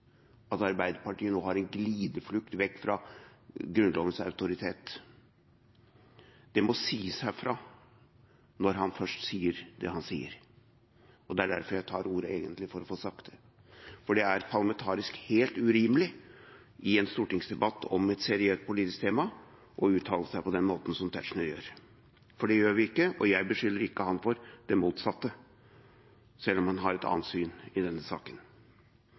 at Arbeiderpartiet nå har en glideflukt vekk fra Grunnlovens autoritet. Det må sies herfra når han først sier det han sier. Det er derfor jeg tar ordet, egentlig, for å få sagt det. Det er parlamentarisk helt urimelig i en stortingsdebatt om et seriøst politisk tema å uttale seg på den måten som Tetzschner gjør, for det gjør vi ikke, og jeg beskylder ikke ham for det motsatte, selv om han har et annet syn i denne saken.